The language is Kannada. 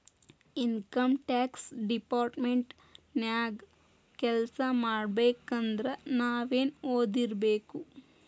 ಇನಕಮ್ ಟ್ಯಾಕ್ಸ್ ಡಿಪಾರ್ಟ್ಮೆಂಟ ನ್ಯಾಗ್ ಕೆಲ್ಸಾಮಾಡ್ಬೇಕಂದ್ರ ನಾವೇನ್ ಒದಿರ್ಬೇಕು?